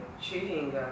cheating